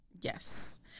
Yes